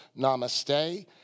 namaste